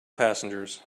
passengers